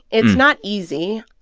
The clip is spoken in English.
it's not easy.